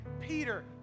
Peter